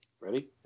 Ready